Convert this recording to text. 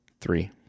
Three